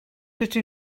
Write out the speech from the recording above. rydw